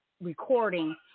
recording